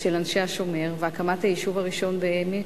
של אנשי "השומר" והקמת היישוב הראשון בעמק,